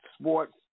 sports